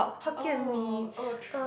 oh